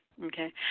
Okay